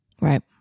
Right